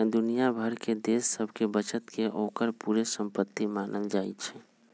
दुनिया भर के देश सभके बचत के ओकर पूरे संपति मानल जाइ छइ